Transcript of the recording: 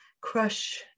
crush